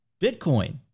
Bitcoin